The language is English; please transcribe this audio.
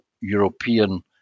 European